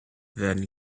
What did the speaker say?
then